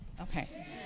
Okay